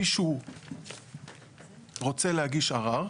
מישהו רוצה להגיש ערר.